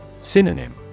Synonym